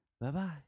Bye-bye